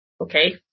okay